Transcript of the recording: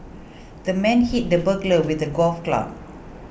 the man hit the burglar with a golf club